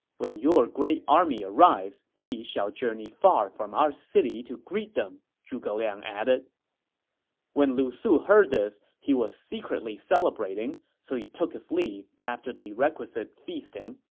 when your great army arrives, we shall journey far from our city to greet them, zhuge liang added when lu su heard this, he was secretly celebrating, and so he took his leave after the requisite feasting